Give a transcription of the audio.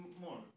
more